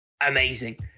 amazing